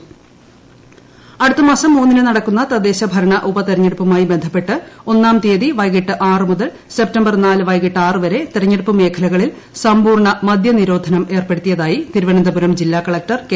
dry day അടുത്തമാസം മൂന്നിനു നടക്കുന്നു ത്ദ്ദേശഭരണ ഉപതെരഞ്ഞെടുപ്പുമായി ബന്ധപ്പെട്ട് ഒന്നാം തീയതി വൈകിട്ട് ആറുമൂതൽ സെപ്റ്റംബർ നാല് വൈകിട്ട് ആറുവരെ ത്രെ ഞ്ഞെടുപ്പ് മേഖലകളിൽ സമ്പൂർണ മദ്യനിരോധനം ഏർപ്പെടുത്തിയതായി തിരുവന്തപുരം ജില്ലാ കള്കർ കെ